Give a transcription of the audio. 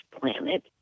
planet